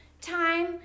time